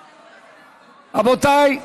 רבותיי,